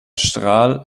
strahl